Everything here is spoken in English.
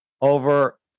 over